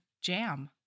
jam